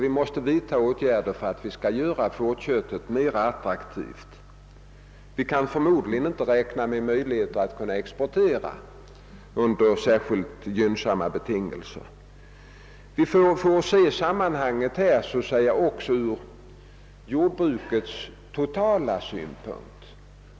Vi måste vidta åtgärder för att göra fårköttet mer attraktivt. Vi kan förmodligen inte räkna med möjligheten att kunna exportera under särskilt gynnsamma betingelser. Vi får se dessa frågor också ur det totala jordbrukets synpunkt.